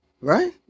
Right